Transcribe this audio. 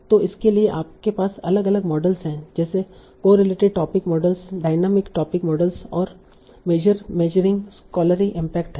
तो इसके लिए हमारे पास अलग अलग मॉडलस जैसे correlated topic model dynamic topic model और मेशर मेशरिंग स्क्कोलारी इम्पैक्ट हैं